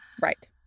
right